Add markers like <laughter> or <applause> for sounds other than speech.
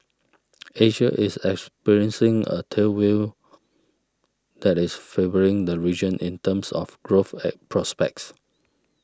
Asia is experiencing a tail will that is favouring the region in terms of growth <hesitation> prospects